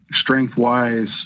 strength-wise